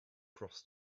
cross